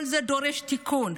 כל זה דורש תיקון.